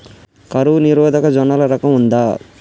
కరువు నిరోధక జొన్నల రకం ఉందా?